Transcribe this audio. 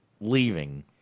leaving